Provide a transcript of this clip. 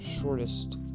shortest